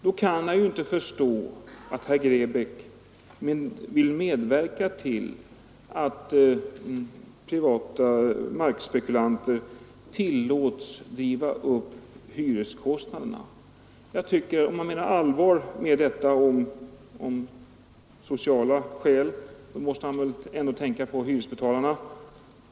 Då kan jag inte förstå att herr Grebäck vill medverka till att privata markspekulanter tillåts driva upp hyreskostnaderna. Om han menar allvar med sitt tal om sociala skäl måste han tänka på hyresbetalarna.